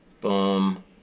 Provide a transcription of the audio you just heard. Boom